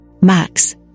Max